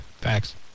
Thanks